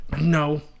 no